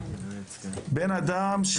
זו שאלה מאוד כללית.